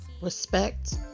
respect